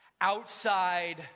outside